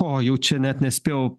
o jau čia net nespėjau